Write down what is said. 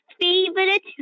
favorite